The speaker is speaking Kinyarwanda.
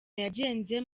yagenze